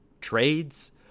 trades